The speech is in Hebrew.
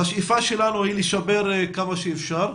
השאיפה שלנו היא לשפר עד כמה שאפשר.